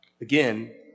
again